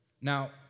Now